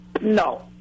No